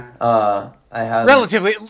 Relatively